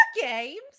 Games